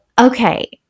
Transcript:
Okay